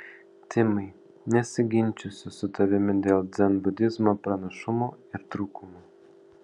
timai nesiginčysiu su tavimi dėl dzenbudizmo pranašumų ir trūkumų